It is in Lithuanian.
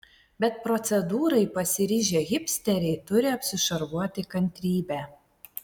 bet procedūrai pasiryžę hipsteriai turi apsišarvuoti kantrybe